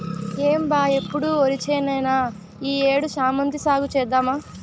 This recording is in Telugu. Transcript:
ఏం బా ఎప్పుడు ఒరిచేనేనా ఈ ఏడు శామంతి సాగు చేద్దాము